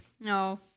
No